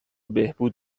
بهبود